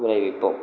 விளைவிப்போம்